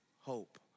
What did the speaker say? hope